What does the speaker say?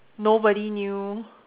nobody knew